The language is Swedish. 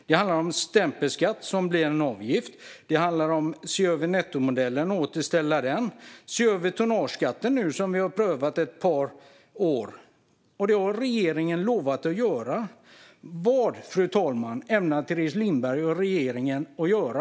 Det handlar om stämpelskatt som blir en avgift, om att se över och återställa nettomodellen och om att se över tonnageskatten som vi nu har prövat i ett par år. Det har regeringen lovat att göra. Vad ämnar Teres Lindberg och regeringen göra?